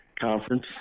conference